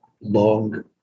long